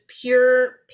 pure